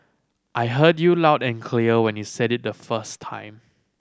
I heard you loud and clear when you said it the first time